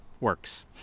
works